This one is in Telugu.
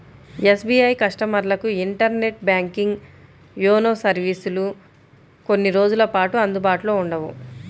ఎస్.బీ.ఐ కస్టమర్లకు ఇంటర్నెట్ బ్యాంకింగ్, యోనో సర్వీసులు కొన్ని రోజుల పాటు అందుబాటులో ఉండవు